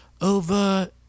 Over